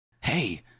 Hey